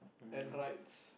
and rights